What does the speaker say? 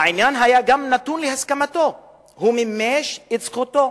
העניין גם היה נתון להסכמתו, הוא מימש את זכותו.